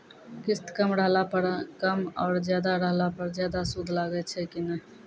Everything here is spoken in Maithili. किस्त कम रहला पर कम और ज्यादा रहला पर ज्यादा सूद लागै छै कि नैय?